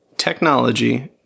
Technology